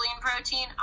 protein